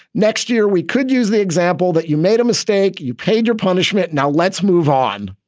next year, we could use the example that you made a mistake, you paid your punishment. now let's move on.